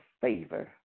favor